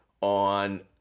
on